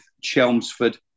Chelmsford